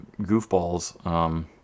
goofballs